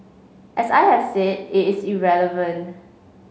as I have said it is irrelevant